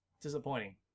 disappointing